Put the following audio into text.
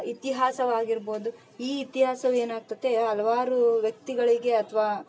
ಇತಿಹಾಸವಾಗಿರ್ಬೋದು ಈ ಇತಿಹಾಸವು ಏನು ಆಗ್ತೈತೆ ಏ ಹಲವಾರು ವ್ಯಕ್ತಿಗಳಿಗೆ ಅಥ್ವ